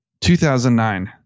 2009